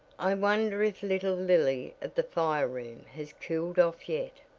i wonder if little lily of the fire room has cooled off yet.